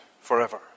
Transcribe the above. forever